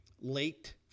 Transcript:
late